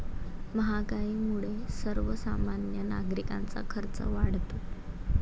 महागाईमुळे सर्वसामान्य नागरिकांचा खर्च वाढतो